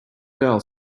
girl